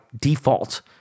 default